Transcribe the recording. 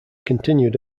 continued